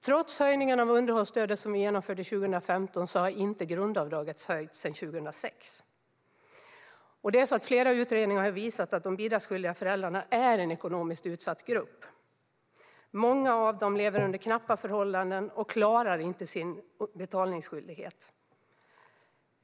Trots höjningen av underhållsstödet 2015 har grundavdraget inte höjts sedan 2006. Flera utredningar har visat att bidragsskyldiga föräldrar är en ekonomiskt utsatt grupp. Många av de bidragsskyldiga föräldrarna lever under knappa förhållanden och klarar inte sin betalningsskyldighet.